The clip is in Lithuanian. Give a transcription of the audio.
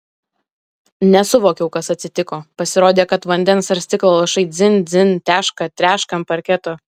nesuvokiau kas atsitiko pasirodė kad vandens ar stiklo lašai dzin dzin teška treška ant parketo